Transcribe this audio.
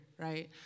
Right